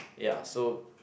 ya so